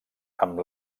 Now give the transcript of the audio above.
amb